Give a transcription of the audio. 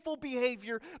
behavior